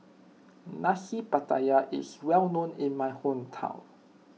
Nasi Pattaya is well known in my hometown